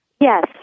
Yes